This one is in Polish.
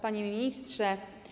Panie Ministrze!